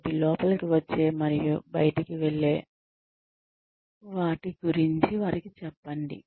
కాబట్టి లోపలికి వచ్చే మరియు బయటికి వెళ్లే వాటి గురించి వారికి చెప్పండి